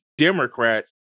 Democrats